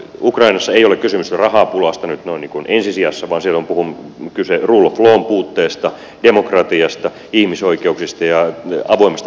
ukrainassa ei ole kysymys rahapulasta nyt noin niin kuin ensi sijassa vaan siellä on kyse rule of lawn puutteesta demokratiasta ihmisoikeuksista ja avoimesta markkinataloudesta